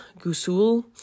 gusul